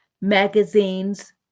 magazines